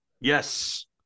Yes